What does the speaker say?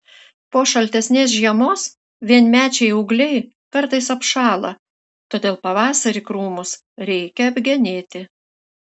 po šaltesnės žiemos vienmečiai ūgliai kartais apšąla todėl pavasarį krūmus reikia apgenėti